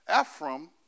Ephraim